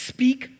Speak